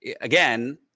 again